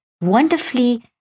wonderfully